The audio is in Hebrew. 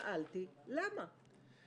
שאלתי: למה?